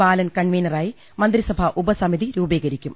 ബാലൻ കൺവീനറായി മന്ത്രിസഭാ ഉപസമിതി രൂപീകരിക്കും